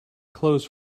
closed